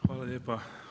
Hvala lijepa.